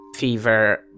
fever